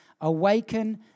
Awaken